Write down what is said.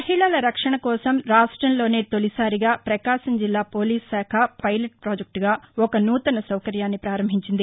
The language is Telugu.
మహిళల రక్షణ కోసం రాష్ట్రంలోనే తొలిసారిగా ప్రకాశం జిల్లా పోలీసు శాఖ పైలట్ పాజెక్తుగా ఒక నూతన సౌకర్యాన్ని పారంభించింది